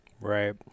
Right